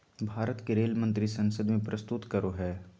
भारत के रेल मंत्री संसद में प्रस्तुत करो हइ